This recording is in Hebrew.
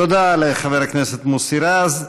תודה לחבר הכנסת מוסי רז.